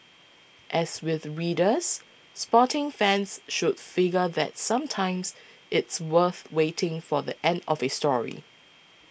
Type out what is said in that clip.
as with readers sporting fans should figure that sometimes it's worth waiting for the end of a story